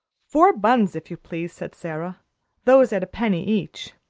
four buns, if you please, said sara those at a penny each.